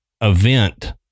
event